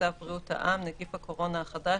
צו בריאות העם (נגיף הקורונה החדש)